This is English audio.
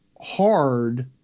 hard